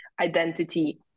identity